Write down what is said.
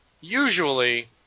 usually